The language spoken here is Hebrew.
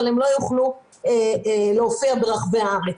אבל הם לא יוכלו להופיע ברחבי הארץ.